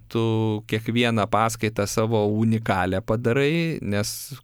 tu kiekvieną paskaitą savo unikalią padarai nes